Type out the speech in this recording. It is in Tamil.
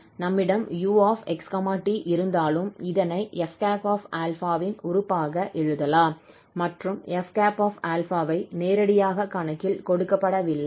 நம்மிடம் 𝑢𝑥 𝑡 இருந்தாலும் இதனை 𝑓̂𝛼 ன் உறுப்பாக எழுதலாம் மற்றும் 𝑓̂𝛼 ஐ நேரடியாக கணக்கில் கொடுக்கப்படவில்லை